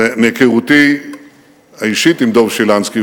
מהיכרותי האישית עם דב שילנסקי,